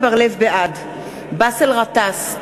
בעד באסל גטאס,